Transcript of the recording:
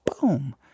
boom